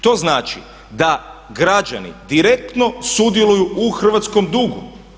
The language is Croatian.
To znači da građani direktno sudjeluju u hrvatskom dugu.